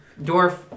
dwarf